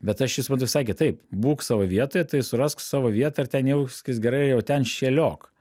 bet aš jį suprantu visai kitaip būk savo vietoje tai surask savo vietą ir ten jauskis gerai ir jau ten šėliok